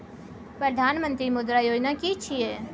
प्रधानमंत्री मुद्रा योजना कि छिए?